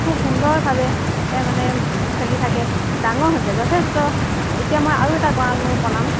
খুব সুন্দৰভাৱে এ মানে খেলি থাকে ডাঙৰ হৈছে যথেষ্ট এতিয়া মই আৰু এটা গঁড়াল মোৰ বনাম